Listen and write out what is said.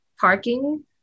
parking